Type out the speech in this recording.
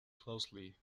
closely